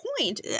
point